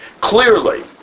Clearly